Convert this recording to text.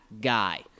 guy